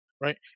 right